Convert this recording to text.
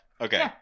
Okay